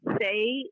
say